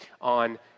on